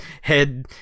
head